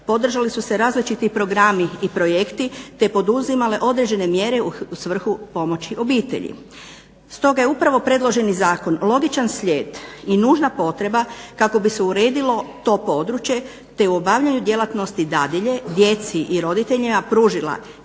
Podržali su se različiti programi i projekti, te poduzimale određene mjere u svrhu pomoći obitelji. Stoga je upravo predloženi zakon logičan slijed i nužna potreba kako bi se uredilo to područje, te u obavljanju djelatnosti dadilje djeci i roditeljima pružila